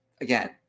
Again